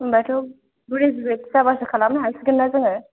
होमबाथ' ग्रेजुयेट जाबासो खालामनो हासिगोनना जोङो